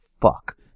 fuck